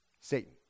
Satan